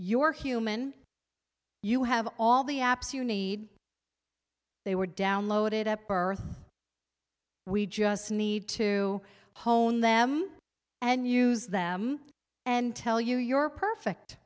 your human you have all the apps you need they were downloaded up birth we just need to hone them and use them and tell you your perfect